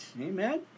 Amen